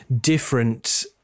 different